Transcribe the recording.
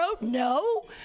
no